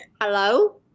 Hello